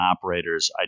operators